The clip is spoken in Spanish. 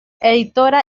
editora